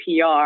PR